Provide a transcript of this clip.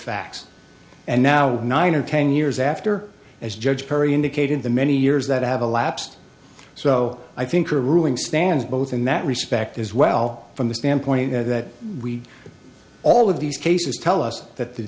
facts and now nine or ten years after as judge perry indicated the many years that have elapsed so i think her ruling stands both in that respect as well from the standpoint that we all of these cases tell us that the